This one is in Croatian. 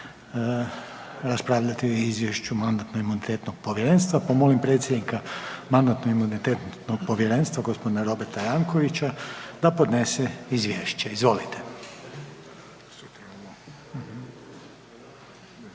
najavljeno: - Izvješće Mandatno-imunitetnog povjerenstva Hrvatskoga sabora Molim predsjednika Mandatno-imunitetnog povjerenstva gospodina Roberta Janovicsa da podnese izvješće.